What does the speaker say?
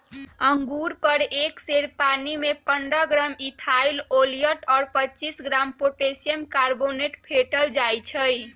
अंगुर पर एक सेर पानीमे पंडह ग्राम इथाइल ओलियट और पच्चीस ग्राम पोटेशियम कार्बोनेट फेटल जाई छै